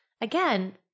again